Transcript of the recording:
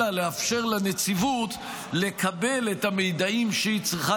אלא לאפשר לנציבות לקבל את המידעים שהיא צריכה